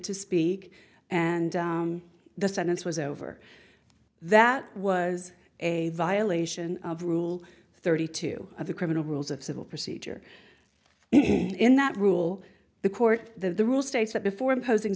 to speak and the sentence was over that was a violation of rule thirty two of the criminal rules of civil procedure and in that rule the court the rule states that before imposing